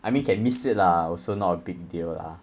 I mean can miss it lah also not a big deal lah